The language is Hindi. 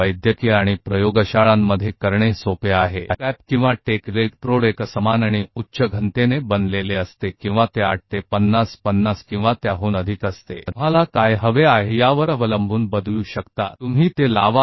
नैदानिक रूप से और प्रयोगशालाओं में आप जो कैप लेते हैं या इलेक्ट्रोड लेते हैं वह समान और उच्च DENSITY से बना होता है या यह 8 से 256 या उससे अधिक भिन्न हो सकता है जो आप चाहते हैं पर निर्भर करता है इसे देखो